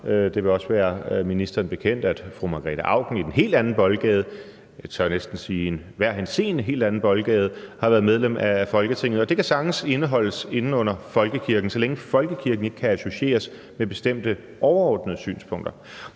Det vil også være ministeren bekendt, at fru Margrete Auken i den helt anden boldgade – jeg tør næsten sige: i enhver henseende en helt anden boldgade – har været medlem af Folketinget, og det kan sagtens indeholdes under folkekirken, så længe folkekirken ikke kan associeres med bestemte overordnede synspunkter.